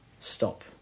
stop